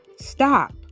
stop